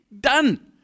done